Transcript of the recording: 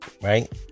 right